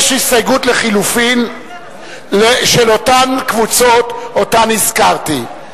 יש הסתייגות לחלופין של אותן קבוצות שהזכרתי.